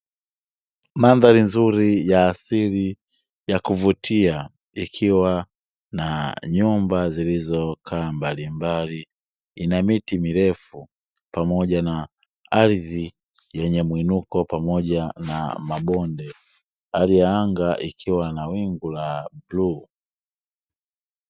Mandhari nzuri ya asili ya kuvutia ikiwa na nyumba zilizokaa mbalimbali. Ina miti mirefu pamoja na ardhi yenye muinuko pamoja na mabonde. Hali ya anga ikiwa na wingu la bluu.